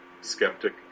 skeptic